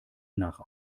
nach